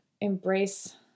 embrace